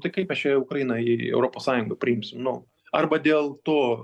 tai kaip mes čia ukrainą į europos sąjunga priimsim nu arba dėl to